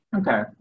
okay